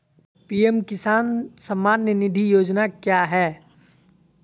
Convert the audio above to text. PM Kisan Samman Nidhi Yojana क्या है?